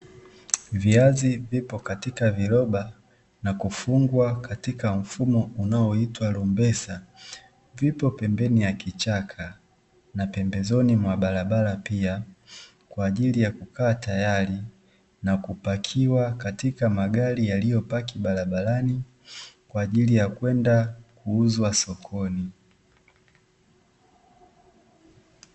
Viazi vipo katika viroba na kufungwa katika mfumo unaoitwa rumbesa, vipo pembeni ya kichaka na pembezoni mwa barabara pia, kwa ajili ya kukaa tayari na kupakiwa katika magari yaliyopaki barabarani kwa ajili ya kwenda kuuzwa sokoni.